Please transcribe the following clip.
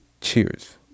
Cheers